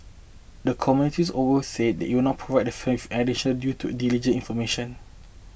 the committees also said it would not provide with additional due to diligence information